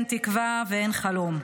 אין תקווה ואין חלום.